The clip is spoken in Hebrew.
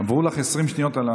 עברו לך 20 שניות.